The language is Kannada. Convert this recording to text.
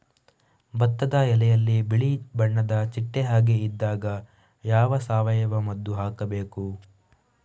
ಭತ್ತದ ಎಲೆಯಲ್ಲಿ ಬಿಳಿ ಬಣ್ಣದ ಚಿಟ್ಟೆ ಹಾಗೆ ಇದ್ದಾಗ ಯಾವ ಸಾವಯವ ಮದ್ದು ಹಾಕಬೇಕು?